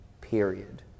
period